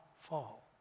fall